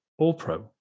Allpro